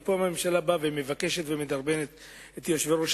ואילו פה הממשלה באה ומבקשת ומדרבנת את יושבי-ראש